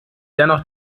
dennoch